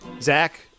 Zach